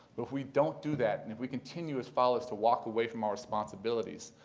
but if we don't do that, and if we continue as fathers to walk away from our responsibilities,